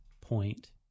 point